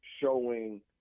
showing